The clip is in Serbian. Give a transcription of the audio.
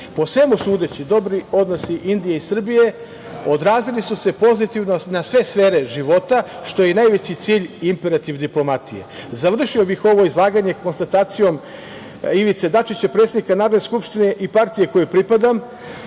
Po svemu sudeći dobri odnosi Indije i Srbije odrazili su se pozitivno na sve sfere života što je i najveći cilj imperativne diplomatije. Završio bih ovo izlaganje konstatacijom Ivice Dačića, predsednika Narodne skupštine i partije kojoj pripadam,